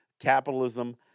capitalism